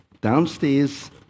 downstairs